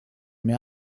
mehr